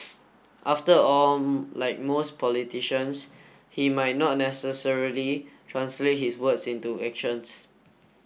after all like most politicians he might not necessarily translate his words into actions